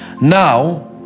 Now